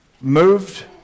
moved